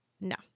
no